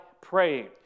praying